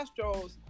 Astros